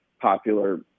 popular